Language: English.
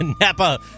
Napa